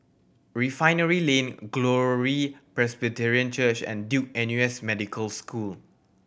Refinery Lane Glory Presbyterian Church and Duke N U S Medical School